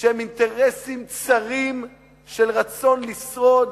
שהם אינטרסים צרים של רצון לשרוד,